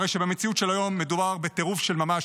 הרי שבמציאות של היום מדובר בטירוף של ממש,